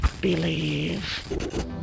Believe